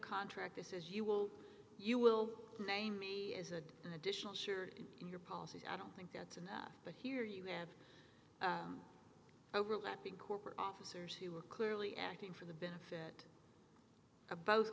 contract that says you will you will paint me as an additional sure your policy i don't think that's enough but here you have overlapping corporate officers who are clearly acting for the benefit of both